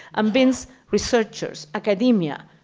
um means researchers, academia,